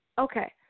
Okay